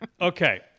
Okay